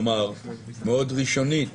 כלומר מאוד ראשונית,